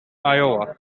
iowa